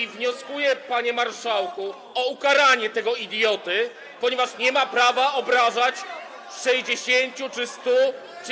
I wnioskuję, panie marszałku, o ukaranie tego idioty, ponieważ nie ma prawa obrażać 60 czy 100, czy.